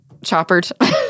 choppered